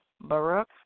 Baruch